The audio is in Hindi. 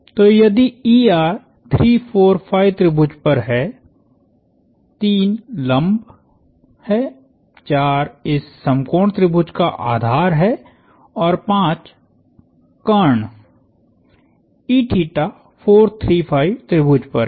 तो यदि3 4 5 त्रिभुज पर है 3 लंब है 4 इस समकोण त्रिभुज का आधार है और 5 कर्ण 4 3 5 त्रिभुज पर है